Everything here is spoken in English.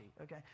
okay